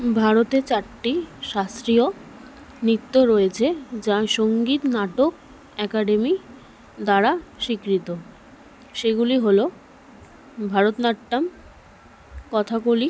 ভারতে চারটি শাস্ত্রীয় নৃত্য রয়েছে যা সঙ্গীত নাটক অ্যাকাডেমি দ্বারা স্বীকৃত সেগুলি হল ভরতনাট্যম কথাকলি